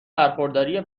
برخورداری